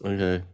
Okay